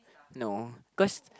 no cause